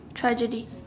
tragedy